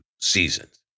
seasons